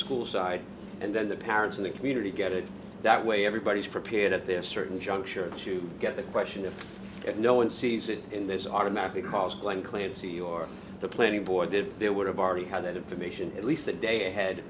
school side and then the parents in the community get it that way everybody's prepared at their certain juncture to get the question if no one sees it in this our map because glen clancy or the planning board that there would have already had that information at least a day ahead